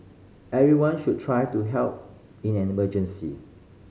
everyone should try to help in an emergency